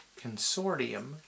Consortium